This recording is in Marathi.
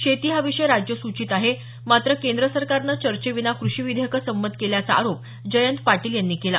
शेती हा विषय राज्य सूचीत आहे मात्र केंद्र सरकारनं चर्चेविना कृषी विधेयकं संमत केल्याचा आरोप जयंत पाटील यांनी केला